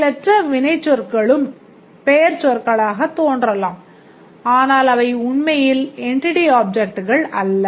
செயலற்ற வினைச்சொற்களும் பெயர்ச் சொற்களாகத் தோன்றலாம் ஆனால் அவை உண்மையில் என்டிட்டி அப்ஜெக்ட்களல்ல